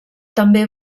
també